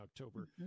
October